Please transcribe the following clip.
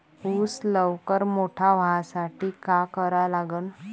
ऊस लवकर मोठा व्हासाठी का करा लागन?